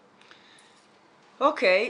אוקיי.